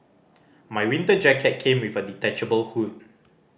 my winter jacket came with a detachable hood